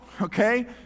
okay